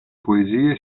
poesie